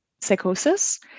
psychosis